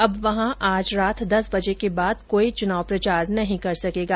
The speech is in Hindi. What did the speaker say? अब वहां आज रात दस बजे के बाद कोई चुनाव प्रचार नहीं कर सकेगा